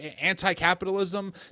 anti-capitalism